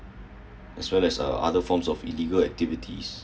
as well as uh other forms of activities